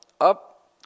up